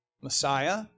Messiah